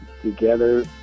Together